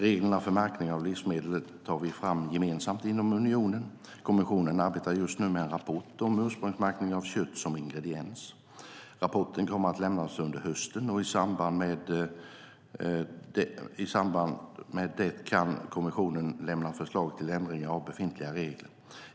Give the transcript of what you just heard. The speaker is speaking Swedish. Reglerna för märkning av livsmedel tar vi fram gemensamt inom unionen. Kommissionen arbetar just nu med en rapport om ursprungsmärkning av kött som ingrediens. Rapporten kommer att lämnas under hösten, och i samband med det kan kommissionen lämna förslag till ändring av befintliga regler.